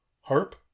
harp